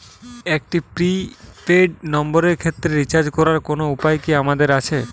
একটি prepaid নম্বরের ক্ষেত্রে রিচার্জ করার কোনো উপায় কি আমাদের আছে?